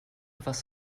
was